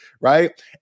right